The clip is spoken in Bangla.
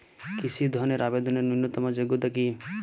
কৃষি ধনের আবেদনের ন্যূনতম যোগ্যতা কী?